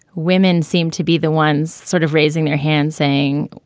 women seem to be the ones sort of raising their hands saying,